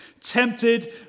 tempted